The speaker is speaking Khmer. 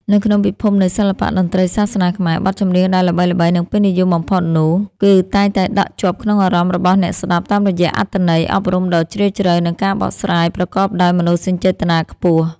នៅក្នុងពិភពនៃសិល្បៈតន្ត្រីសាសនាខ្មែរ បទចម្រៀងដែលល្បីៗ និងពេញនិយមបំផុតនោះ គឺតែងតែដក់ជាប់ក្នុងអារម្មណ៍របស់អ្នកស្ដាប់តាមរយៈអត្ថន័យអប់រំដ៏ជ្រាលជ្រៅ និងការបកស្រាយប្រកបដោយមនោសញ្ចេតនាខ្ពស់។